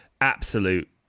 Absolute